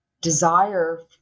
desire